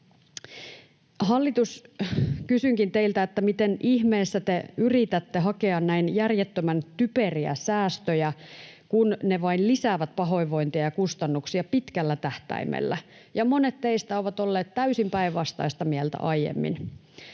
Hallitus, kysynkin teiltä: miten ihmeessä te yritätte hakea näin järjettömän typeriä säästöjä, kun ne vain lisäävät pahoinvointia ja kustannuksia pitkällä tähtäimellä ja monet teistä ovat olleet täysin päinvastaista mieltä aiemmin?